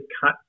cut